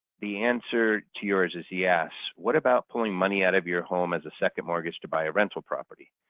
the answer to yours is yes. what about pulling money out of your home as a second mortgage to buy a rental property?